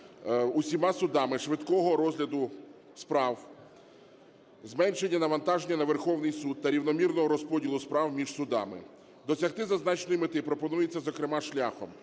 усіма судами швидкого розгляду справ, зменшення навантаження на Верховний Суд та рівномірного розподілу справ між судами. Досягти зазначеної мети пропонується зокрема шляхом